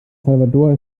salvador